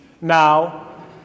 Now